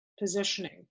positioning